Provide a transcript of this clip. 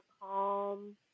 calm